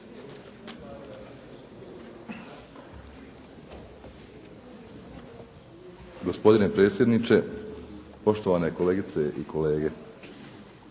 Gospodine predsjedniče, poštovane kolegice i kolege.